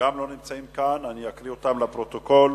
לא נמצאים כאן, ואקריא את שמם לפרוטוקול: